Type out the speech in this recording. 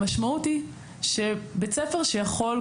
המשמעות היא שבית ספר שיכול,